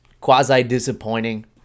quasi-disappointing